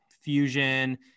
fusion